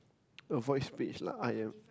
avoid speech lah I am